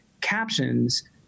captions